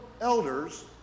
elders